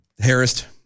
harassed